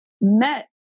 met